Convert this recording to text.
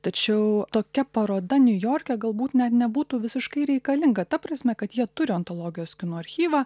tačiau tokia paroda niujorke galbūt net nebūtų visiškai reikalinga ta prasme kad jie turi ontologijos kino archyvą